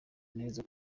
neza